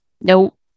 Nope